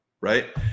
right